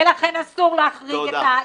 ולכן אסור להחריג את העיתונים,